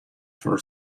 for